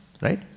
right